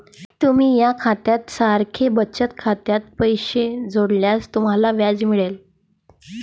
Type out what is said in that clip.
तुम्ही या खात्या सारख्या बचत खात्यात पैसे जोडल्यास तुम्हाला व्याज मिळेल